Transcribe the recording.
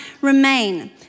remain